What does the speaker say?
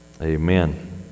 amen